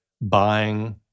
buying